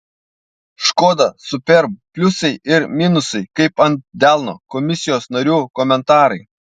škoda superb pliusai ir minusai kaip ant delno komisijos narių komentarai